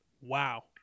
Wow